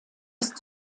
ist